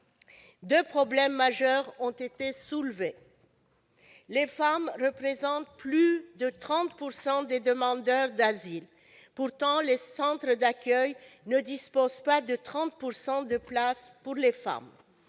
Deux problèmes majeurs ont été soulevés. Premièrement, les femmes représentent plus de 30 % des demandeurs d'asile, mais les centres d'accueil ne disposent pas de 30 % de places pour les femmes.